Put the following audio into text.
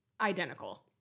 identical